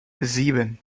sieben